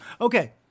okay